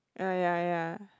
ya ya ya